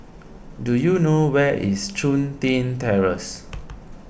do you know where is Chun Tin Terrace